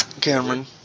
Cameron